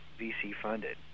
VC-funded